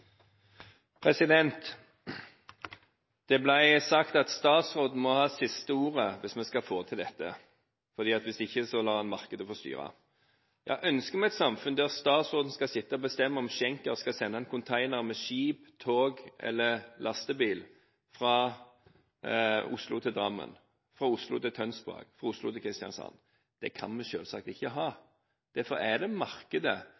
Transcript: Det ble sagt at statsråden må ha det siste ordet hvis vi skal få til dette, for hvis ikke, så lar en markedet få styre. Ja, ønsker vi et samfunn der statsråden skal sitte og bestemme om Schenker skal sende en container med skip, tog eller lastebil fra Oslo til Drammen, fra Oslo til Tønsberg, fra Oslo til Kristiansand? Det kan vi selvsagt ikke ha! Derfor er det markedet